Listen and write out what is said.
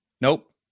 nope